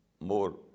more